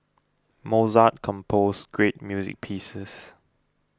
Mozart composed great music pieces